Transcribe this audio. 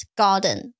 garden